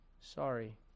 sorry